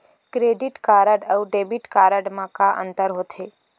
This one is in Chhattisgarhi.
क्रेडिट कारड अऊ डेबिट कारड मा का अंतर होथे?